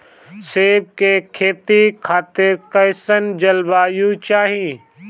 सेब के खेती खातिर कइसन जलवायु चाही?